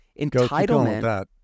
Entitlement